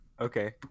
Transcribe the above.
Okay